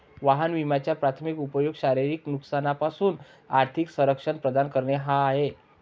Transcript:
वाहन विम्याचा प्राथमिक उपयोग शारीरिक नुकसानापासून आर्थिक संरक्षण प्रदान करणे हा आहे